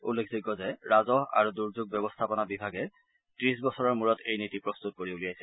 উল্লেখযোগ্য যে ৰাজহ আৰু দুৰ্যোগ ব্যৱস্থাপনা বিভাগে ত্ৰিশ বছৰৰ মূৰত এই নীতি প্ৰস্তুত কৰি উলিয়াইছে